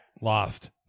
Lost